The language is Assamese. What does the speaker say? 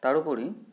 তাৰোপৰি